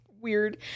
weird